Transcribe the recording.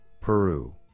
Peru